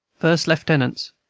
first lieutenants